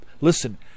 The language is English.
Listen